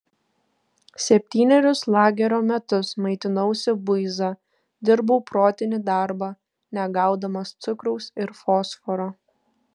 septynerius lagerio metus maitinausi buiza dirbau protinį darbą negaudamas cukraus ir fosforo